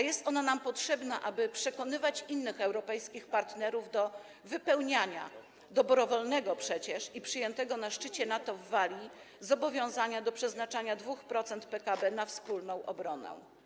Jest ona potrzebna, aby przekonać innych europejskich partnerów do wypełniania dobrowolnego, przyjętego na szczycie NATO w Walii zobowiązania do przeznaczania 2% PKB na wspólną obronę.